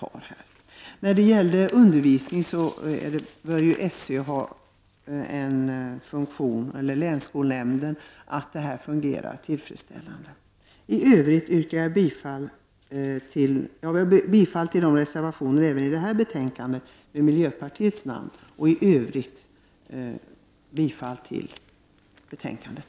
SÖ och länsskolnämnderna bör vidare se till att undervisningen av flyktingar fungerar på ett tillfredsställande sätt. Jag yrkar bifall till de reservationer som miljöpartiet har skrivit under och i Övrigt bifall till hemställan i betänkandet.